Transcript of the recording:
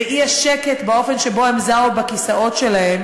האי-שקט באופן שבו הם זעו בכיסאות שלהם